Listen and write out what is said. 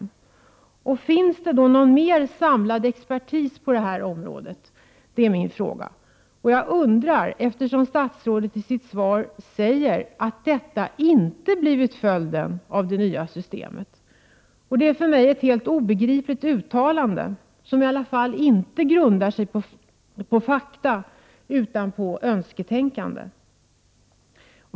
Finns det någon mer samlad expertis på detta område? Jag frågar, eftersom statsrådet i sitt svar säger att detta inte blivit följden av det nya systemet. Det är ett för mig helt obegripligt uttalande, som i alla fall inte grundar sig på fakta utan på önsketänkande.